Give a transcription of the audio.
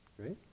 Great